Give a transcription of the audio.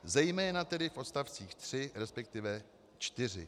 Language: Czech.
Zejména tedy v odstavcích 3, resp. 4.